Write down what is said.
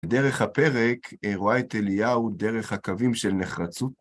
דרך הפרק רואה את אליהו דרך הקווים של נחרצות.